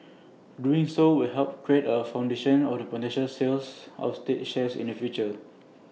doing so will help create A foundation of the potential sales of state shares in the future